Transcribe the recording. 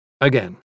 Again